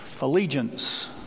allegiance